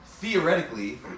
theoretically